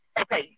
Okay